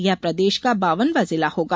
ये प्रदेश का बावनवां जिला होगा